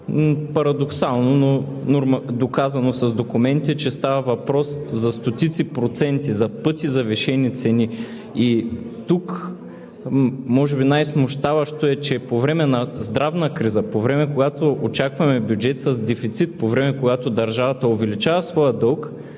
Парадоксално, но доказано с документи е, че става въпрос за стотици проценти, за пъти завишени цени. И тук може би най-смущаващото е, че по време на здравна криза, по време, когато очакваме бюджет с дефицит, по време, когато държавата увеличава своя дълг,